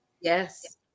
Yes